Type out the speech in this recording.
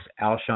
Alshon